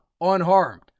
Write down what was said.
Unharmed